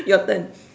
your turn